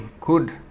good